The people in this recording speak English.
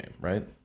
right